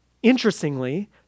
Interestingly